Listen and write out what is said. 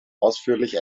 ausführlich